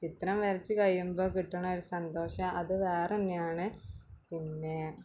ചിത്രം വരച്ച് കഴിയുമ്പോൾ കിട്ടുന്ന ഒരു സന്തോഷം അത് വേറെ തന്നെയാണ് പിന്നേ